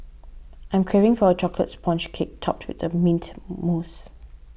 I am craving for a Chocolate Sponge Cake Topped with Mint Mousse